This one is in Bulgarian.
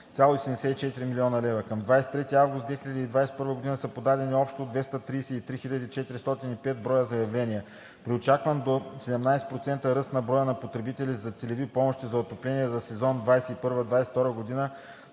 е 88,74 млн. лв. Към 23 август 2021 г. са подадени общо 233 405 броя заявления. При очакван до 17% ръст на броя потребители за целеви помощи за отопление за сезон 2021/2022 г.